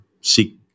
seek